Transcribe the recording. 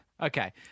okay